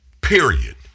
period